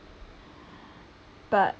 but